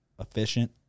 efficient